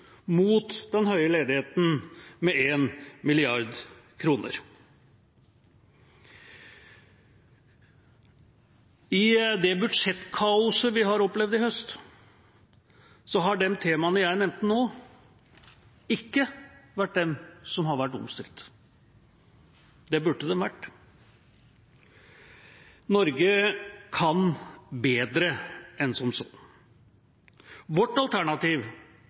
mot den høye ledigheten, med 1 mrd. kr. I det budsjettkaoset vi har opplevd i høst, har de temaene jeg nevnte nå, ikke vært dem som har vært omstilt. Det burde de vært. Norge kan bedre enn som så. Vårt alternativ